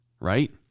Right